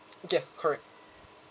yup correct